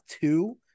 two